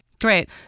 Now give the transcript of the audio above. Great